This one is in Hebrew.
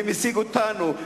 הם השיגו אותנו.